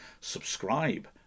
subscribe